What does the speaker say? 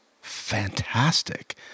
fantastic